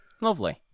Lovely